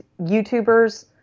youtubers